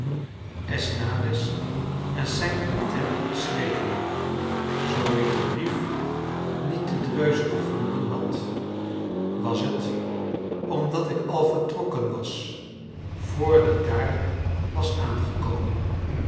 esnandes en saint quentin geschreven zoo ik den brief niet te dreuze gevonden had was het omdat ik al vertrokken was vr die daar was aangekomen